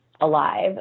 alive